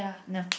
no